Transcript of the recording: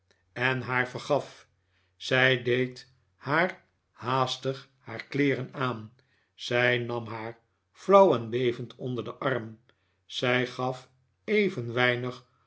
en haar vergaf zij deed haar haastig haar kleeren aan zij nam haar flauw en bevend onder den arm zij gaf even weinig